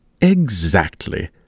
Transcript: Exactly